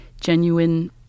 genuine